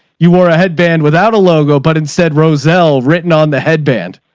you wore a headband without a logo, but instead roselle written on the headband,